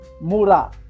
Mura